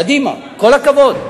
קדימה, כל הכבוד.